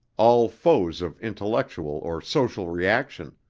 all foes of intellectual or social reaction,